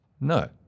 No